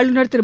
ஆளுநர் திரு